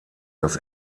das